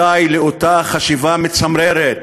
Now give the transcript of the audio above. די לאותה חשיבה מצמררת